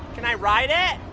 can i ride it?